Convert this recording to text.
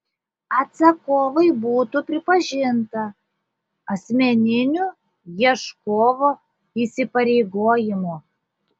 atsakovui būtų pripažinta asmeniniu ieškovo įsipareigojimu